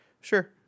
sure